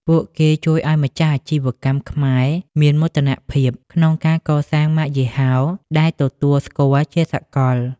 ពួកគេជួយឱ្យម្ចាស់អាជីវកម្មខ្មែរមាន "មោទនភាព" ក្នុងការកសាងម៉ាកយីហោដែលទទួលស្គាល់ជាសកល។